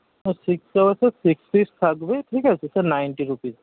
শিক কাবাব তো six piece থাকবে ঠিক আছে স্যার নাইনটি রুপিজ